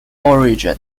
origin